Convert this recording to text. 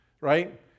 right